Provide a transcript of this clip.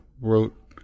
wrote